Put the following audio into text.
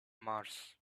mars